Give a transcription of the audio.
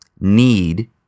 need